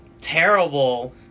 terrible